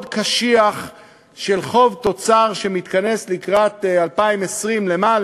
קשיח של חוב תוצר שמתכנס לקראת 2020 לְמה?